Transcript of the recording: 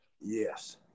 Yes